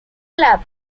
club